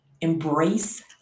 embrace